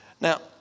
Now